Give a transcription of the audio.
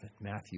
Matthew